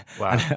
Wow